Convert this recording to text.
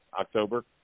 October